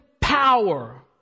power